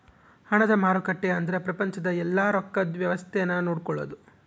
ಹಣದ ಮಾರುಕಟ್ಟೆ ಅಂದ್ರ ಪ್ರಪಂಚದ ಯೆಲ್ಲ ರೊಕ್ಕದ್ ವ್ಯವಸ್ತೆ ನ ನೋಡ್ಕೊಳೋದು